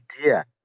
idea